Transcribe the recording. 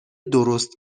درست